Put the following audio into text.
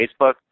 Facebook